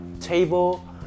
table